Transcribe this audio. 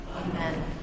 Amen